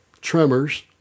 Tremors